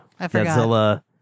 Godzilla